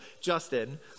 Justin